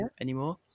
anymore